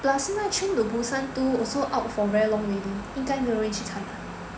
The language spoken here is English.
plus 现在 Train to Busan two also out for very long already 应该没有人会去看